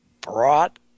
brought